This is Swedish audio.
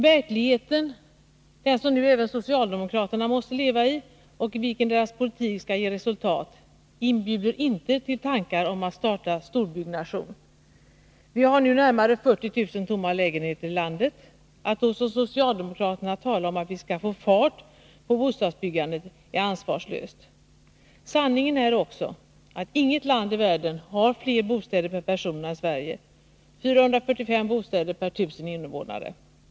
Verkligheten, den som nu även socialdemokraterna måste leva i och i vilken deras politik skall ge resultat, inbjuder inte till tankar om att starta storbyggnation. Vi har nu närmare 40 000 tomma lägenheter i landet. Att då som socialdemokraterna tala om att vi skall ”få fart” på bostadsbyggandet är ansvarslöst. Sanningen är också att inget land i världen har fler bostäder per person än Sverige — 445 per 1000 invånare.